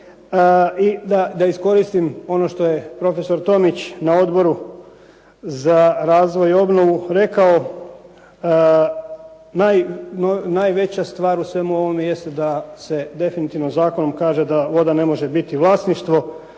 I da iskoristim ono što je prof. Tomić na Odboru za razvoj i obnovu rekao, najveća stvar u svemu ovome jest da se definitivno zakonom kaže da voda ne može biti vlasništvo